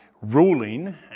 ruling